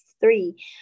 three